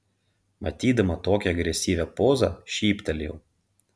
matydama tokią agresyvią pozą šyptelėjau